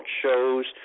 shows